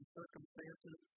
circumstances